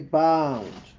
bound